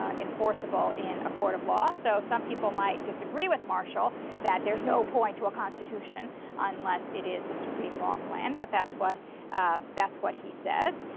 ah enforceable in a court of law. so some people might disagree with marshall that there's no point to a constitution unless it is the supreme law of the land but that's what that's what he says.